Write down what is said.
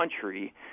country